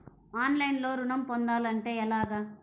ఆన్లైన్లో ఋణం పొందాలంటే ఎలాగా?